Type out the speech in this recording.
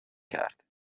کرد